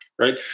right